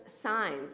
signs